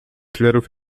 thrillerów